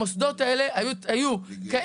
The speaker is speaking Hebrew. המוסדות האלה היו כאלה,